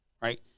right